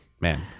man